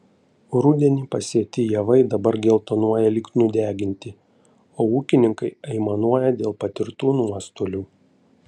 rudenį pasėti javai dabar geltonuoja lyg nudeginti o ūkininkai aimanuoja dėl patirtų nuostolių